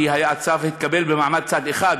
כי הצו התקבל במעמד צד אחד,